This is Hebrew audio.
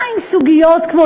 מה עם סוגיות כמו